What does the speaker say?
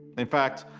in fact,